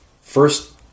First